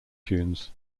tunes